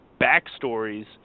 backstories